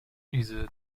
diese